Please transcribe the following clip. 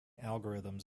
algorithms